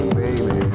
baby